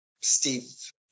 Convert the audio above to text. Steve